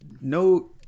No